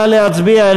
נא להצביע.